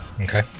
Okay